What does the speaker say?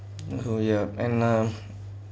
oh ya and uh